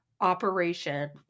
operation